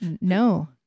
no